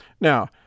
Now